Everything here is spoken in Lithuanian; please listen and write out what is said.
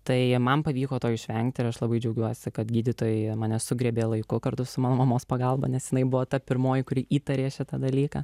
tai man pavyko to išvengti ir aš labai džiaugiuosi kad gydytojai mane sugriebė laiku kartu su mano mamos pagalba nes jinai buvo ta pirmoji kuri įtarė šitą dalyką